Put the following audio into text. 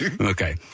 Okay